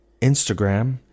Instagram